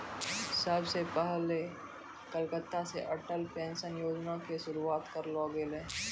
सभ से पहिले कलकत्ता से अटल पेंशन योजना के शुरुआत करलो गेलै